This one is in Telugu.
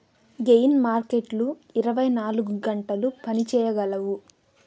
గెయిన్ మార్కెట్లు ఇరవై నాలుగు గంటలు పని చేయగలవు